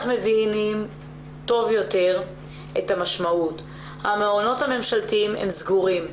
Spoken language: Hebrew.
רק שהמעונות הממשלתיים סגורים.